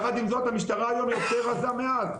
יחד עם זאת, המשטרה היום יותר רזה משהייתה אז.